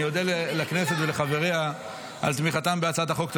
אני אודה לכנסת ולחבריה על תמיכתם בהצעת החוק.